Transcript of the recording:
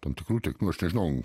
tam tikrų tėkmių aš nežinau